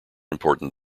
important